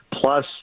Plus